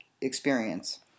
experience